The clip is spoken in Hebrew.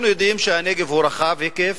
אנחנו יודעים שהנגב הוא רחב היקף,